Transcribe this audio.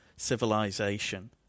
civilization